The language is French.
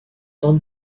dans